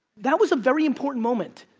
that was a very important moment.